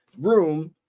room